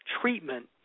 treatment